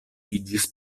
iĝis